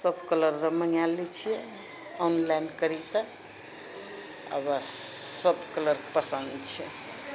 सब कलर रऽ मँगाए लए छिऐ ऑनलाइन करिके आ बस सब कलर पसन्द छै